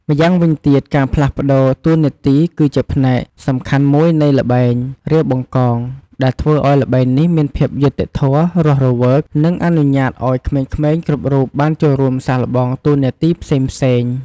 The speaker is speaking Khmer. ម្យ៉ាងវិញទៀតការផ្លាស់ប្តូរតួនាទីគឺជាផ្នែកសំខាន់មួយនៃល្បែង រាវបង្កង ដែលធ្វើឱ្យល្បែងនេះមានភាពយុត្តិធម៌ រស់រវើក និងអនុញ្ញាតឱ្យក្មេងៗគ្រប់រូបបានចូលរួមសាកល្បងតួនាទីផ្សេងៗគ្នា។